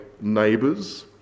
neighbours